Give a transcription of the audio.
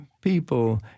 people